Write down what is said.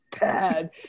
bad